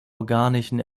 organischen